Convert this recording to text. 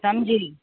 समझी